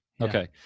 Okay